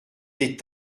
des